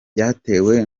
byatewe